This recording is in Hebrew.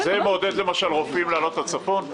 זה למשל מעודד רופאים לעלות לצפון?